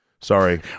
Sorry